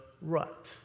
rut